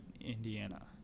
Indiana